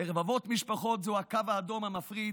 לרבבות משפחות זהו הקו האדום המפריד